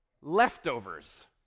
leftovers